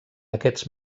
aquests